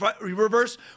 reverse